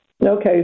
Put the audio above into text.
Okay